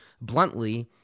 Bluntly